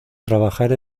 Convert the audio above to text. trabajar